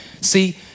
See